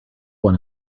one